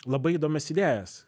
labai įdomias idėjas